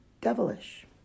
devilish